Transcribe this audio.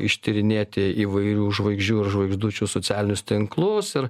ištyrinėti įvairių žvaigždžių ir žvaigždučių socialinius tinklus ir